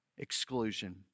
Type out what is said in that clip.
exclusion